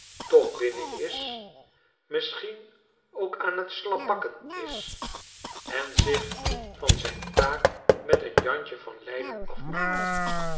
toch binnenis misschien ook aan t slabbakken is en zich van zijn taak met een jantje van leiden afmaakt